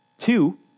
Two